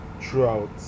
throughout